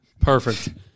Perfect